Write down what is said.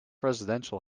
residential